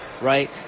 right